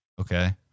Okay